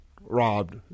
robbed